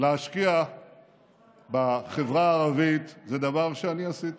הודעה אישית, אני אאפשר